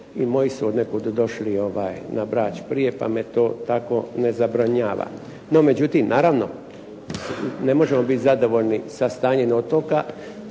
i moji su odnekud došli na Brač prije, pa me to tako ne zabrinjava. No, međutim, naravno ne možemo biti zadovoljni sa stanjem otoka,